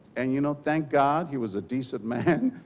and you know thank god he was a decent man.